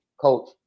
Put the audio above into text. Coach